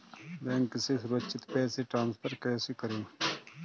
Bank से सुरक्षित पैसे ट्रांसफर कैसे करें?